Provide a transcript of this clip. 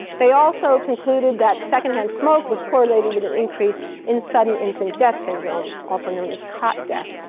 they also concluded that second-hand smoke was correlated with an increase in sudden infant death syndrome, also known as cot death.